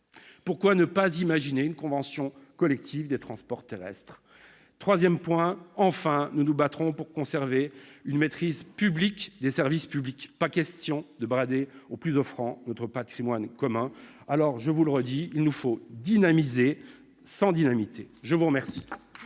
pourquoi ne pas imaginer une convention collective des transports terrestres ? Enfin, nous nous battrons pour conserver une maîtrise publique des services publics : pas question de brader au plus offrant notre patrimoine commun ! Alors, je vous le répète, il nous faut dynamiser, sans dynamiter ! La parole